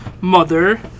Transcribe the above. Mother